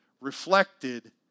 reflected